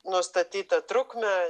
nustatytą trukmę